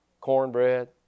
cornbread